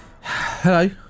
Hello